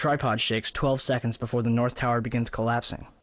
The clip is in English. tripod shakes twelve seconds before the north tower begins collapsing